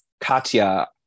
Katya